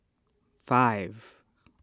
five